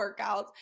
workouts